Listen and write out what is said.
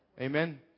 Amen